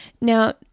Now